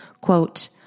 Quote